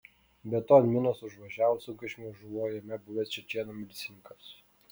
be to ant minos užvažiavus sunkvežimiui žuvo jame buvęs čečėnų milicininkas